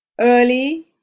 Early